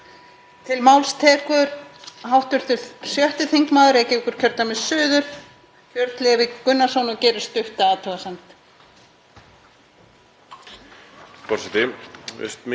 Forseti. Mér finnst mikilvægt að minnast aðeins á ráðherraábyrgð í þessu samhengi af því að það skiptir máli hvernig brotið er hvað varðar